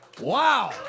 Wow